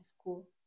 school